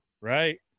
Right